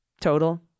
Total